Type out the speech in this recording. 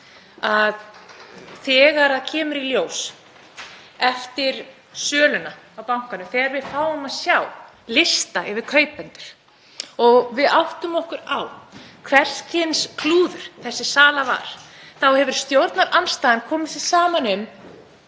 þegar kemur í ljós eftir söluna á bankanum, þegar við fáum að sjá listann yfir kaupendur og við áttum okkur á hvers kyns klúður þessi sala var, þá kemur stjórnarandstaðan sér saman um